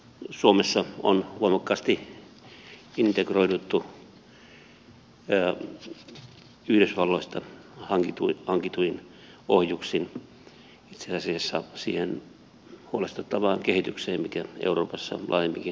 suomessa on voimakkaasti integroiduttu yhdysvalloista hankituin ohjuksin itse asiassa siihen huolestuttavaan kehitykseen mikä euroopassa laajemminkin tapahtuu